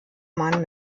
mann